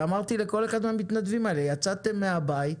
אמרתי לכל אחד מהמתנדבים האלה: יצאתם מהבית,